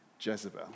Jezebel